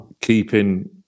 keeping